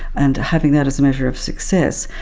and having that as a measure of success,